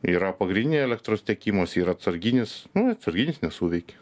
yra pagrindiniai elektros tiekimas yra atsarginis atsarginis nesuveikė